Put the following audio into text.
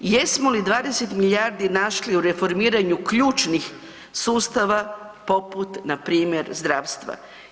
Jesmo li 20 milijardi našli u reformiranju ključnih sustava poput npr. zdravstva?